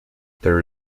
there